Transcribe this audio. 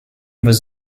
was